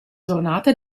giornata